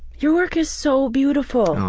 your work is so beautiful! oh,